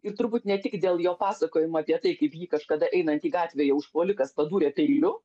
ir turbūt ne tik dėl jo pasakojimo apie tai kaip jį kažkada einantį gatvėje užpuolikas padūrė peiliu